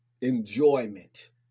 enjoyment